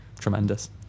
tremendous